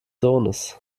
sohnes